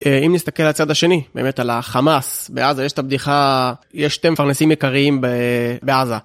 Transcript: אם נסתכל לצד השני, באמת על החמאס, בעזה יש את הבדיחה, יש שתי מפרנסים יקרים בעזה.